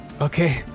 Okay